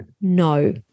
no